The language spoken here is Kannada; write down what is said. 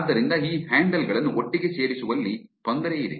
ಆದ್ದರಿಂದ ಈ ಹ್ಯಾಂಡಲ್ ಗಳನ್ನು ಒಟ್ಟಿಗೆ ಸೇರಿಸುವಲ್ಲಿ ತೊಂದರೆ ಇದೆ